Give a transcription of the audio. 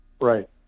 right